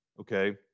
Okay